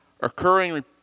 occurring